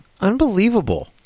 Unbelievable